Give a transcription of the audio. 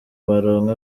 baronke